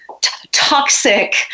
toxic